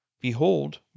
Behold